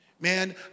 man